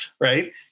right